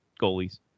goalies